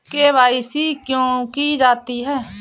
KYC क्यों की जाती है?